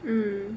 mm